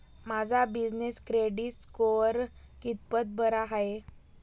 माझा business credit score कितपत बरा आहे?